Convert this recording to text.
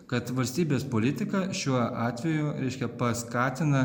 kad valstybės politika šiuo atveju reiškia paskatina